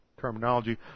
terminology